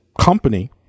company